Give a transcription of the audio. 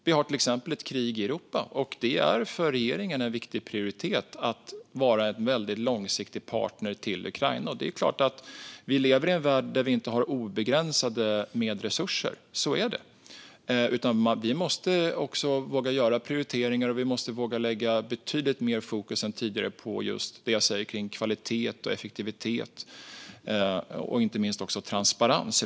Vi har till exempel ett krig i Europa, och det är för regeringen en viktig prioritet att vara en väldigt långsiktig partner till Ukraina. Vi lever i en värld där vi inte har obegränsade resurser. Vi måste våga göra prioriteringar, och vi måste våga lägga betydligt mer fokus än tidigare på kvalitet och effektivitet och inte minst också transparens.